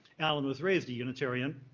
allen was raised a unitarian,